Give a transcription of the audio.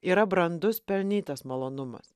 yra brandus pelnytas malonumas